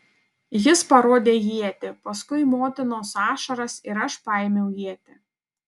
jis parodė ietį paskui motinos ašaras ir aš paėmiau ietį